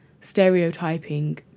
stereotyping